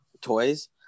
toys